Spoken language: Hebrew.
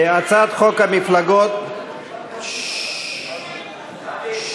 הצעת חוק המפלגות (תיקון מס' 20)